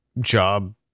job